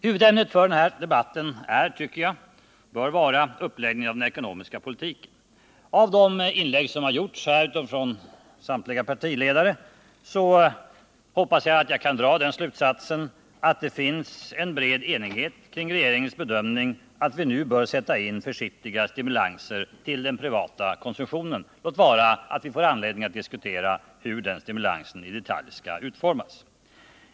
Huvudämnet för den här debatten anser jag bör vara uppläggningen av den ekonomiska politiken. Jag hoppas att jag kan dra den slutsatsen av samtliga de inlägg som här gjorts att det finns en bred enighet bakom regeringens bedömning att vi nu bör sätta in en försiktig stimulans för den privata konsumtionen — låt vara att vi får anledning att diskutera hur den stimulansen i detalj skall utformas.